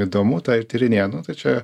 įdomu tą ir tyrinėja nu tai čia